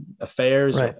affairs